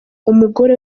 umugore